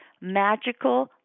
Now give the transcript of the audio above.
magical